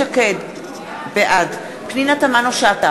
אני חושב שהדבר